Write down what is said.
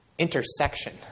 intersection